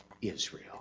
Israel